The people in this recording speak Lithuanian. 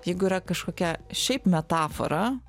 jeigu yra kažkokia šiaip metafora